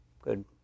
good